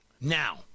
now